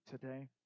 today